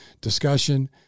discussion